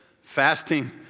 Fasting